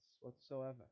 whatsoever